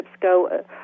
go